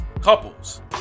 couples